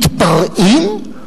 מתפרעים?